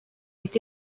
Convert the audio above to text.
est